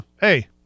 Hey